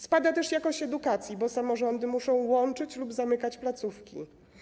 Spada też jakość edukacji, bo samorządy muszą łączyć lub zamykać placówki.